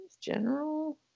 general